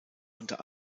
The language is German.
unter